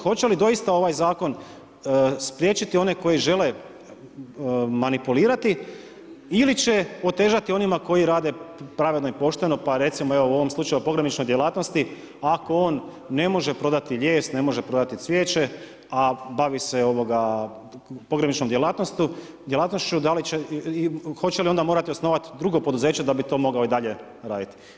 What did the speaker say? Hoće li doista ovaj zakon spriječiti one koji žele manipulirati ili će otežati onima koji rade pravedno i pošteno, pa recimo evo u ovom slučaju pogrebničkoj djelatnosti, ako on ne može prodati lijes, ne može prodati cvijeće, a bavi se pogrebničkom djelatnošću, hoće li onda morat osnovat drugo poduzeće da bi to mogao i dalje raditi.